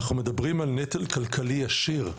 אנחנו מדברים על נטל כלכלי ישיר,